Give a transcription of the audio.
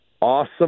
awesome